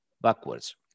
backwards